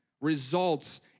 results